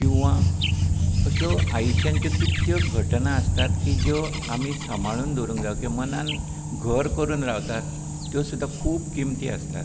किंवा अश्यो आयुश्याच्यो कितल्यो घटना आसतात की जो आमी सांबाळून दवरूंक जायो किंवा मनान घर करून रावतात त्यो सुद्दां खूब किमती आसतात